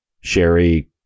Sherry